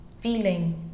feeling